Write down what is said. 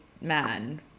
Man